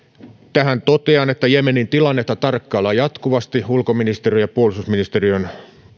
tähän totean että jemenin tilannetta tarkkaillaan jatkuvasti ulkoministeriön ja puolustusministeriön